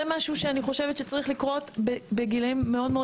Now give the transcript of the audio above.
זה משהו שאני חושבת שצריך לקרות בגילאים מאוד מאוד